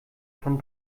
von